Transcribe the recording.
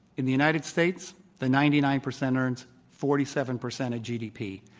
in the united states, the ninety nine percent earns forty seven percent of gdp.